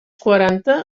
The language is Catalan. quaranta